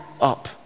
up